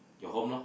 your home lor